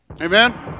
Amen